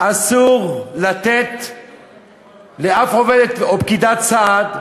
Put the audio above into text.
אסור לתת לשום עובדת או פקידת סעד,